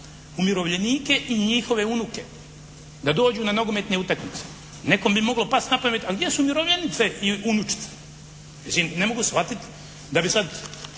umirovljenike i njihove unuke da dođu na nogometne utakmice. Nekome bi moglo pasti na pamet, a gdje su umirovljenice i unučice. Mislim ne mogu shvatiti da bi sad